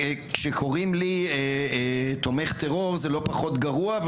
כשקוראים לי תומך טרור זה לא פחות גרוע,